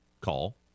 call